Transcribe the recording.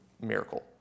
miracle